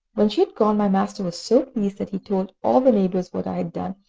when she had gone, my master was so pleased that he told all the neighbours what i had done,